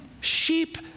sheep